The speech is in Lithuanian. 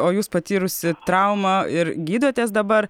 o jūs patyrusi traumą ir gydotės dabar